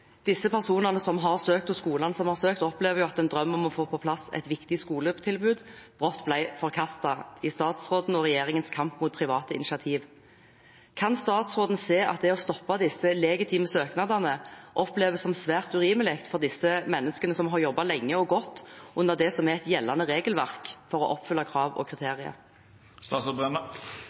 Disse personene og skolene som har søkt, opplever at en drøm om å få på plass et viktig skoletilbud brått ble forkastet i statsråden og regjeringens kamp mot private initiativ. Kan statsråden se at det å stoppe disse legitime søknadene oppleves som svært urimelig for disse menneskene som har jobbet lenge og godt under det som er et gjeldende regelverk, for å oppfylle krav og